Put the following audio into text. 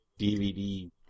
DVD